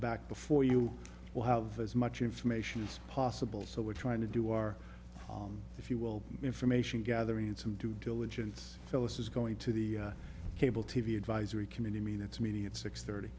back before you will have as much information as possible so we're trying to do our if you will information gathering and some due diligence phillis is going to the cable t v advisory committee mean it's meeting at six thirty